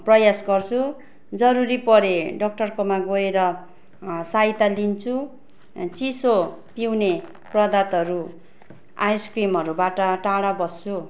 प्रयास गर्छु जरुरी परे डक्टरकोमा गएर सहायता लिन्छु चिसो पिउने पदार्थहरू आइसक्रिमहरूबाट टाढा बस्छु